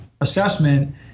assessment